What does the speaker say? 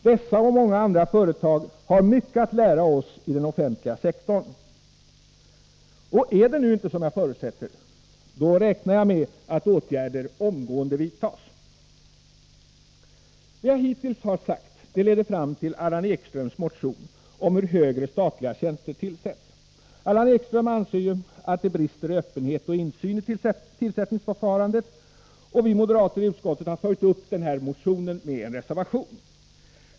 Dessa och många andra företag har mycket att lära oss i den offentliga sektorn. Är det inte så som jag förutsätter, då räknar jag med att åtgärder omgående vidtas. Det jag hittills har sagt leder fram till Allan Ekströms motion om hur högre statliga tjänster tillsätts. Allan Ekström anser att det brister i öppenhet och insyn i tillsättningsförfarandet. Vi moderater i utskottet har följt upp motionen med en reservation.